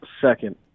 second